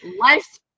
life